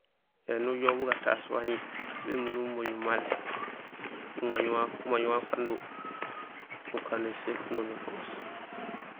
Éni ujoow bugataas waŋi, aw bémundum umooj mali, nuŋa waaŋ wawu ukando nukando éséfuno nulogoos.